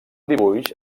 dibuix